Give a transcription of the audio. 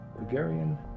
Bulgarian